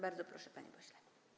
Bardzo proszę, panie pośle.